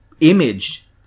Image